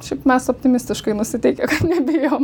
šiaip mes optimistiškai nusiteikę nebijom